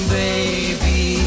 baby